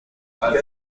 برو